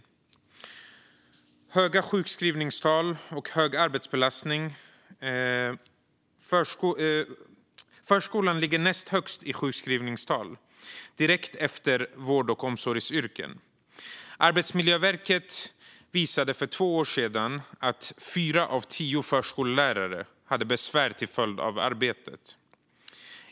När det kommer till höga sjukskrivningstal och hög arbetsbelastning ligger förskolan näst högst i sjukskrivningstal, direkt efter vård och omsorgsyrken. Arbetsmiljöverket visade för två år sedan att fyra av tio förskollärare har besvär till följd av arbetet.